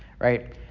right